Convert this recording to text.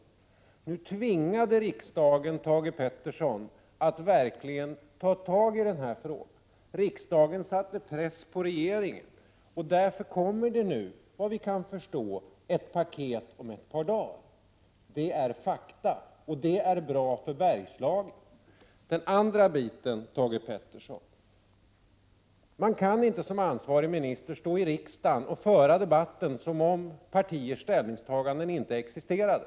Men nu tvingade alltså riksdagen Thage G Peterson att verkligen ta tag i denna fråga. Riksdagen satte press på regeringen. Därför kommer om ett par dagar, såvitt vi förstår, ett sådant här paket. Det är fakta, och detta är bra för Bergslagen. För det andra kan inte en ansvarig minister, Thage G Peterson, föra debatten här i kammaren på ett sådant sätt att man kan tro att andra partiers ställningstaganden inte existerade.